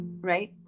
right